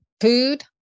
food